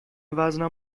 وزنم